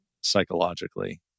psychologically